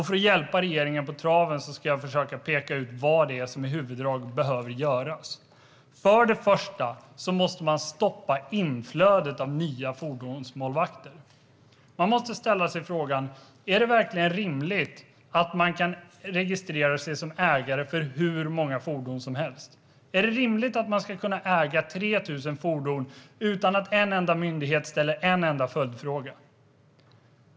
För att hjälpa regeringen på traven ska jag försöka peka ut huvuddragen för vad som behöver göras. Till att börja med måste regeringen stoppa inflödet av nya fordonsmålvakter. Regeringen måste fråga sig: Är det verkligen rimligt att man kan registrera sig som ägare till hur många fordon som helst? Är det rimligt att man kan äga 3 000 fordon utan att en enda myndighet ställer en enda följdfråga?